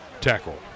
tackle